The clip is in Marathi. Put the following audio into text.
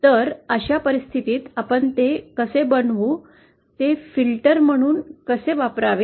तर अशा परिस्थितीत आपण ते कसे बनवू ते फिल्टर म्हणून कसे वापरावे